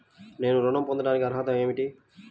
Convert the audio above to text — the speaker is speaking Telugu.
నేను ఋణం పొందటానికి అర్హత ఏమిటి?